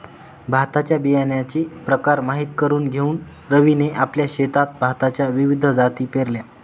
भाताच्या बियाण्याचे प्रकार माहित करून घेऊन रवीने आपल्या शेतात भाताच्या विविध जाती पेरल्या